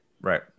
right